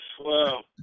Wow